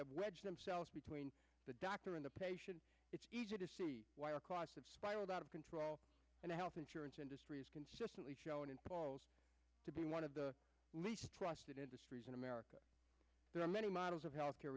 have wedged themselves between the doctor and the patient it's easy to see why our cost of spiral out of control and the health insurance industry is consistently shown to be one of the least trusted industries in america there are many models of health care